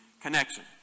connection